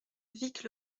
vic